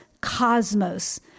cosmos